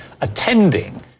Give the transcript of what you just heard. attending